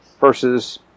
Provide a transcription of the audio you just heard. versus